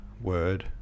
word